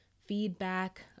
feedback